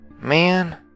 Man